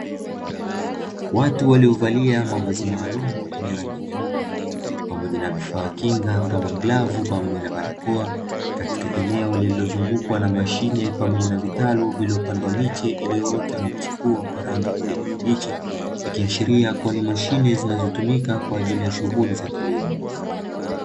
Watu waliovalia mavazi maalum yenye rangi nyeupe pamoja na vifaa kinga kama vile kinga, barakoa katika eneo lililo zungukwa na mashine pamoja na vitalu vilivyo pandwa miche iliyo ota na kuchipua kwa rangi ya kijani kibichi, ikiashiria kuwa ni mashine zinazotumika kwa ajili shughuli za kilimo.